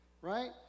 right